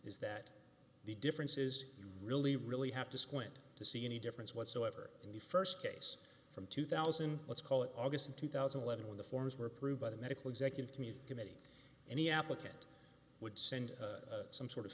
is that the difference is really really have to squint to see any difference whatsoever in the st case from two thousand let's call it august two thousand and eleven when the forms were approved by the medical executive community committee and the applicant would send some sort of